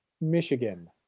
Michigan